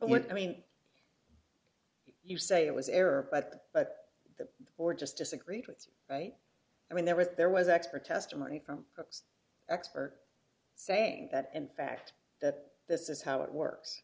when i mean if you say it was error but but that or just disagreed with right i mean there was there was expert testimony from expert saying that in fact that this is how it works